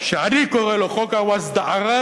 שאני קורא לו "חוק הווסדא-ראס",